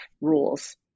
rules